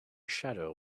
shadow